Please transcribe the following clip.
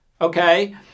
okay